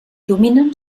dominen